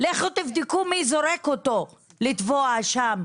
לכו תבדקו מי זורק אותו לטבוע שם?